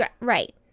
Right